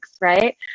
right